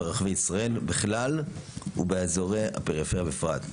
ברחבי ישראל בכלל ובאזורי הפריפריה בפרט.